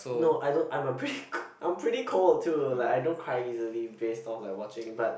no I don't I'm a pre~ I'm pretty cold too like I don't cry easily based off like watching but